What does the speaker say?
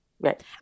Right